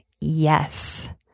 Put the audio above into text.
yes